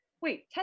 wait